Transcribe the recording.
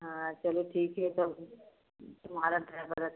हाँ चलो ठीक है तब तुम्हारा ड्राईबर अच्छा है